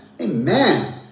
Amen